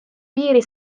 piiri